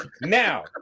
now